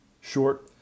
short